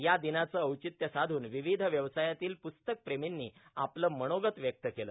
या दिनाचं औचित्य साधून विविध व्यवसायातील पुस्तक प्रेर्मीनी आपलं मनोगत व्यक्त केलं